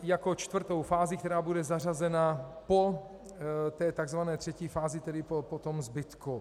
Jako čtvrtou fázi, která bude zařazena po takzvané třetí fázi, tedy po zbytku.